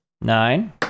Nine